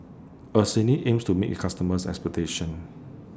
Eucerin aims to meet its customers' expectations